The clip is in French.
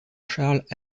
charles